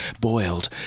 boiled